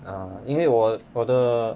(uh huh) 因为我我的